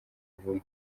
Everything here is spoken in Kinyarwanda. vuba